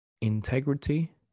integrity